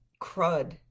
crud